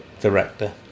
director